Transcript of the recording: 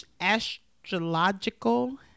astrological